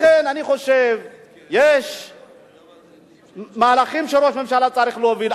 לכן, אני חושב, יש מהלכים שראש ממשלה צריך להוביל.